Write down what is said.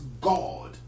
God